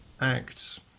Acts